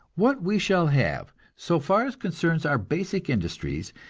what we shall have, so far as concerns our basic industries,